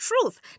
truth